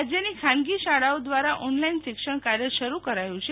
રાજયની ખાનગી શાળાઓદ્વારા ઓનલાઇન શિક્ષણ કાર્ય શરૂ કરાયુ છે